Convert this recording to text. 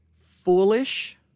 foolish